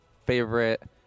Favorite